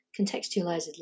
contextualizedly